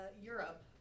Europe